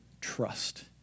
trust